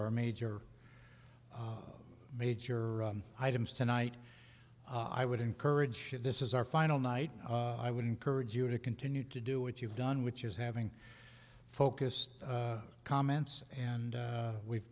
are major major items tonight i would encourage this is our final night i would encourage you to continue to do what you've done which is having focused comments and we've